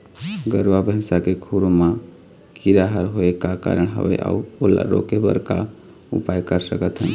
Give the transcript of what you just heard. गरवा भैंसा के खुर मा कीरा हर होय का कारण हवए अऊ ओला रोके बर का उपाय कर सकथन?